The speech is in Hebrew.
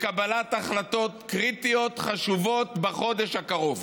לקבלת החלטות קריטיות חשובות בחודש הקרוב.